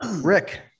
Rick